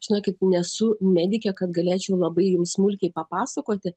žinokit nesu medikė kad galėčiau labai jums smulkiai papasakoti